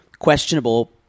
questionable